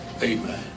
Amen